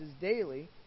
daily